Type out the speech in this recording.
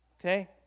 okay